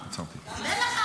אל תחליטו בשבילנו.